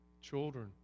Children